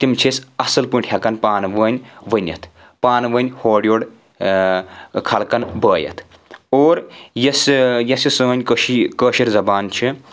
تِم چھِ أسۍ اصل پٲٹھۍ ہؠکان پانہٕ ؤنۍ ؤنِتھ پانہٕ ؤنۍ ہور یورِ خَلقن بٲیِتھ اور یۄس یۄس یہِ سٲنۍ کٲشِر زبان چھِ